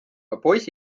hakkas